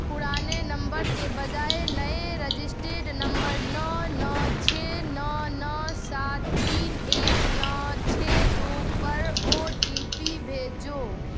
پرانے نمبر کے بجائے نئے رجسٹیڈ نمبر نو نو چھ نو نو سات تین ایک نو چھ دو پر او ٹی پی بھیجو